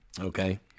Okay